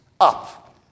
up